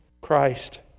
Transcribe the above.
Christ